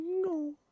no